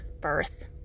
birth